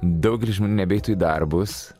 daugelis žmonių nebeeitų į darbus